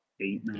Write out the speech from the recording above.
eight